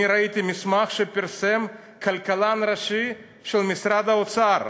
ראיתי מסמך שפרסם הכלכלן הראשי של משרד האוצר,